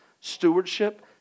stewardship